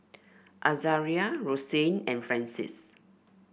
Azaria Rosanne and Francis